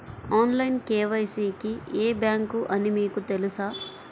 Online KYC కి ఏ bank అని మీకు తెలుసా?